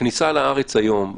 הכניסה לארץ היום,